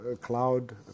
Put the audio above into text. cloud